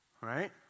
right